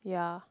yeah